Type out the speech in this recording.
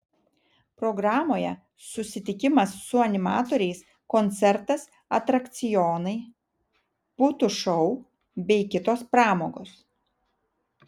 programoje susitikimas su animatoriais koncertas atrakcionai putų šou bei kitos pramogos